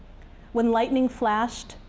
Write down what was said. when lightning flashed,